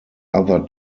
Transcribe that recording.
other